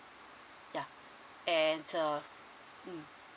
ya and uh mm